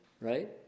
right